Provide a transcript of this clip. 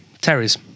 Terry's